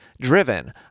driven